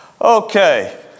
Okay